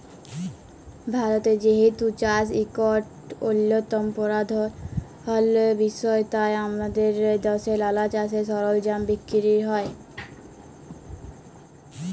ভারতে যেহেতু চাষ ইকট অল্যতম পরধাল বিষয় তাই আমাদের দ্যাশে লালা চাষের সরলজাম বিক্কিরি হ্যয়